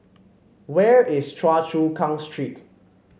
where is Choa Chu Kang Street